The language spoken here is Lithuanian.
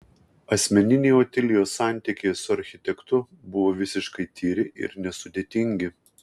asmeniniai otilijos santykiai su architektu buvo visiškai tyri ir nesudėtingi